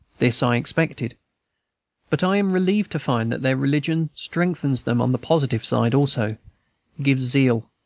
this i expected but i am relieved to find that their religion strengthens them on the positive side also gives zeal,